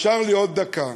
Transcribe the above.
נשארה לי עוד דקה,